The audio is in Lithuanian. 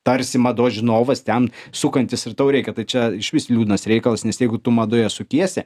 tarsi mados žinovas ten sukantis ir tau reikia tai čia išvis liūdnas reikalas nes jeigu tu madoje sukiesi